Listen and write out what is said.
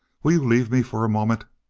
will you leave me for a moment?